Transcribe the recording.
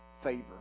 favor